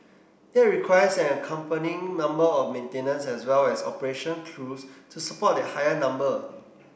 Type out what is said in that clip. that requires an accompanying number of maintenance as well as operation crews to support that higher number